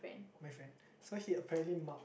my friend so he apparently mark